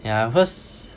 yeah cause